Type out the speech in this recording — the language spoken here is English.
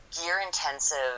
gear-intensive